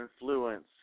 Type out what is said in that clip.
influence